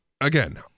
Again